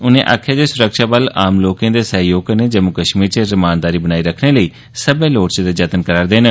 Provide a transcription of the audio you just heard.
उनें आक्खेया जे स्रक्षाबल आम लोकें दे सहयोग कन्नै जम्मू कश्मीर च रमानदारी बनाई रक्खने लेई सब्बै लोड़चदे जत्न करा दे न